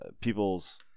people's